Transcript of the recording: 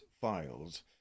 Files